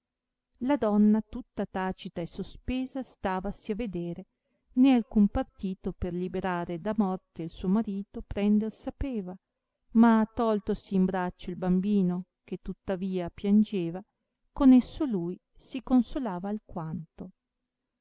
la donna tutta tacita e sospesa stavasi a vedere né alcun partito per liberare da morte il suo marito prender sapeva ma toltosi in braccio il bambino che tuttavia piangeva con esso lui si consolava alquanto